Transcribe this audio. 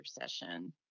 session